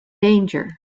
danger